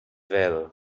well